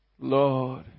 Lord